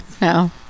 no